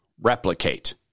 replicate